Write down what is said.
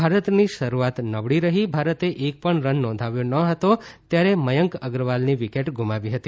ભારતની શરૂઆત નબળી રહી ભારતે એક પણ રન નોંધાવ્યો ન હતો ત્યારે મયંક અગ્રવાલની વિકેટ ગુમાવી હતી